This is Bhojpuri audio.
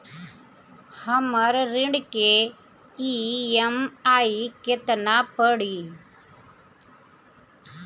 हमर ऋण के ई.एम.आई केतना पड़ी?